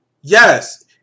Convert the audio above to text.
Yes